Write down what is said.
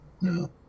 No